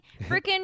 Freaking